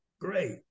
Great